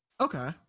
Okay